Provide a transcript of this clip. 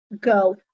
go